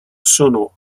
sono